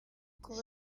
kuba